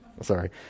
Sorry